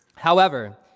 however,